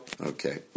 Okay